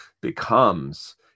becomes